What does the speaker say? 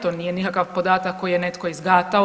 To nije nikakav podatak koji je netko izgatao.